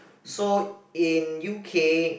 so in U_K